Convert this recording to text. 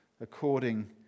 according